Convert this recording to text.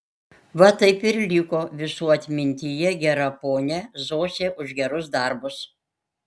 va taip ir liko visų atmintyje gera ponia zosė už gerus darbus